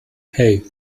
hei